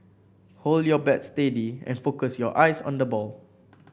hold your bat steady and focus your eyes on the ball